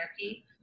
therapy